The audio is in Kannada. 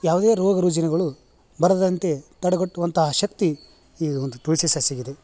ಯಾವುದೇ ರೋಗ ರುಜಿನಗಳು ಬರದಂತೆ ತಡೆಗಟ್ಟುವಂತಹ ಶಕ್ತಿ ಇದು ಒಂದು ತುಳಸಿ ಸಸ್ಯಕ್ಕಿದೆ